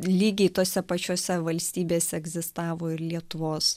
lygiai tose pačiose valstybėse egzistavo ir lietuvos